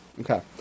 Okay